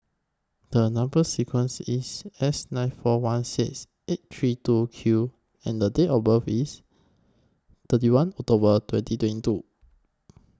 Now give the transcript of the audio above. The Number sequence IS S nine four one six eight three two Q and The Date of birth IS thirty one October twenty twenty two